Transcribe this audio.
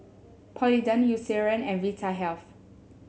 Polident Eucerin and Vitahealth